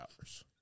hours